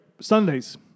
Sundays